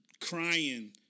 crying